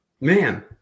Man